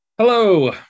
Hello